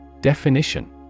Definition